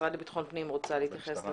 במשרד לביטחון פנים רוצה להתייחס לזה.